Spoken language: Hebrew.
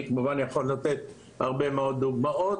אני יכול לתת הרבה מאוד דוגמאות,